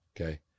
Okay